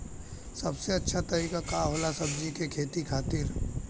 सबसे अच्छा तरीका का होला सब्जी के खेती खातिर?